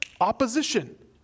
opposition